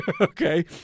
Okay